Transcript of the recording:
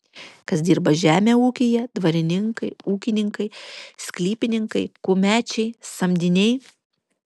kas dirba žemę ūkyje dvarininkai ūkininkai sklypininkai kumečiai samdiniai